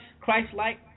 Christ-like